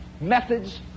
methods